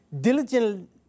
diligent